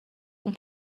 اون